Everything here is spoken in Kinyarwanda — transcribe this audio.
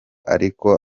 ariko